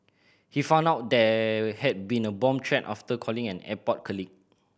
he found out there had been a bomb threat after calling an airport colleague